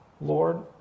Lord